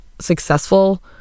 successful